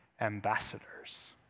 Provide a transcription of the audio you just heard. ambassadors